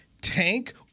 Tank